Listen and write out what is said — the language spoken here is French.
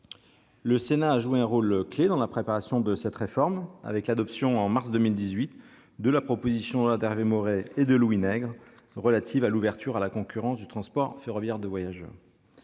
Le Sénat a joué un rôle clé dans la préparation de cette réforme, avec l'adoption en mars 2018 de la proposition de loi d'Hervé Maurey et de Louis Nègre relative à l'ouverture à la concurrence du transport ferroviaire de voyageurs.